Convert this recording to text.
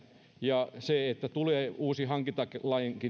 ja sitä että tulee uuden hankintalain